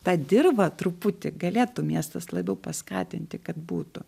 tą dirvą truputį galėtų miestas labiau paskatinti kad būtų